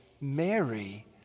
Mary